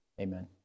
Amen